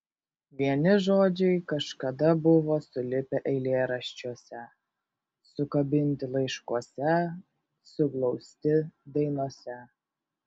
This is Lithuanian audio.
vieni žodžiai kažkada buvo sulipę eilėraščiuose sukabinti laiškuose suglausti dainose